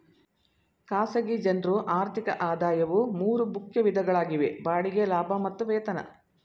ಖಾಸಗಿ ಜನ್ರು ಆರ್ಥಿಕ ಆದಾಯವು ಮೂರು ಮುಖ್ಯ ವಿಧಗಳಾಗಿವೆ ಬಾಡಿಗೆ ಲಾಭ ಮತ್ತು ವೇತನ